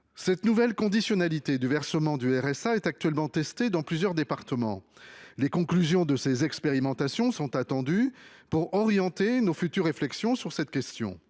Cette nouvelle conditionnalité du versement du RSA est actuellement testée dans plusieurs départements. Les conclusions de ces expérimentations sont attendues afin d'orienter nos futures réflexions sur cette question.